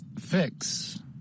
Fix